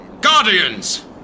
Guardians